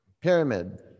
pyramid